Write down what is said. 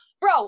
bro